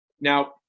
now